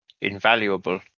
invaluable